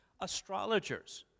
astrologers